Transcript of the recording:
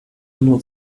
nur